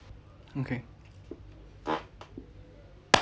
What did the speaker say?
okay